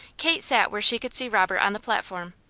kate sat where she could see robert on the platform.